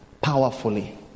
powerfully